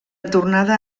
tornada